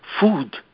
food